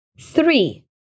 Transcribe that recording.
Three